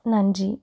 நன்றி